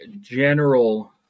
general